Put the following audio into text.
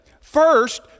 First